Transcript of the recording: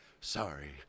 sorry